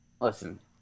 Listen